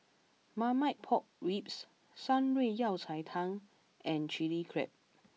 Marmite Pork Ribs Shan Rui Yao Cai Tang and Chilli Crab